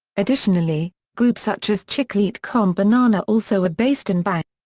additionally, groups such as chiclete com banana also are based in bahia.